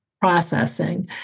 processing